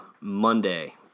monday